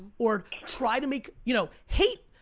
or try to make, you know hate.